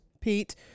Pete